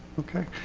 okay.